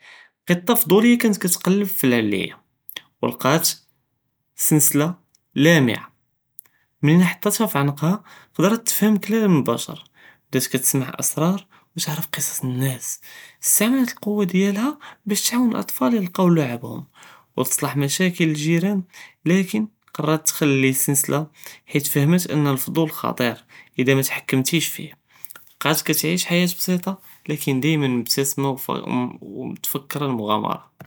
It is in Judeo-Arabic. קיטה פדוליה קנת קתג'לב פי אלעליה, ולקאת סנסלה לאמעה, מן חטתה פי ענקה כדרת תפהם קלם אלבשר, ולט קטסמע אסראר באש תערף קסס אלנאס, אסתעמלת אלכוח דיאלאה באש תעוון אלאטפאל ילקאו לעביהם, ותסלאח משאקל אלג'ירן, לקין קררת תחלلي אלסנסלה חית פהמת אן אלפדול חדיר אידא מא תהקמתיש פיה, בקאת קתעיש חייאה בפסיטה, לקין דימאן מבתסמה, ו מתפכרה אלמאג'אמרה.